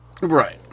right